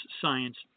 science